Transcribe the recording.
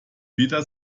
wieder